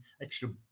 extra